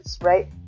right